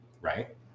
right